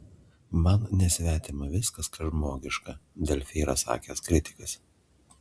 man nesvetima viskas kas žmogiška delfi yra sakęs kritikas